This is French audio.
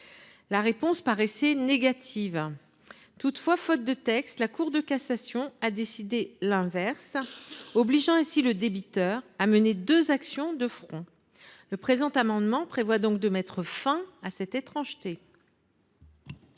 La réponse paraissait négative. Toutefois, faute de texte, la Cour de cassation a décidé l’inverse, obligeant ainsi le débiteur à mener deux actions de front. Le présent amendement vise à mettre fin à cette étrangeté.